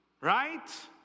Right